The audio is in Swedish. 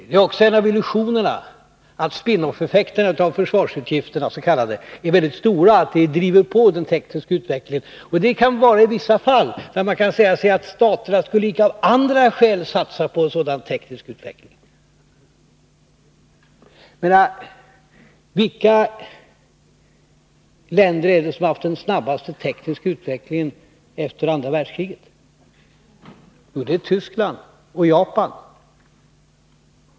Det är också en av illusionerna att de s.k. spin off-effekterna av försvarsutgifterna är väldigt stora och driver på den tekniska utvecklingen. Det kan vara så i vissa fall, när man kan säga sig att staterna av andra skäl icke skulle satsa på en sådan teknisk utveckling. Men vilka länder har haft den snabbaste tekniska utvecklingen efter andra världskriget? Jo, det är Tyskland och Japan.